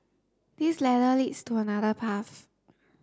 this ladder leads to another path